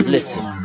Listen